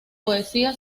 poesía